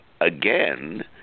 again